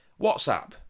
WhatsApp